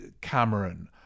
Cameron